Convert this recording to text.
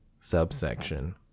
subsection